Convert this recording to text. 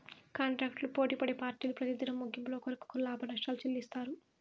కాంటాక్టులు పోటిపడే పార్టీలు పెతిదినం ముగింపుల ఒకరికొకరు లాభనష్టాలు చెల్లిత్తారు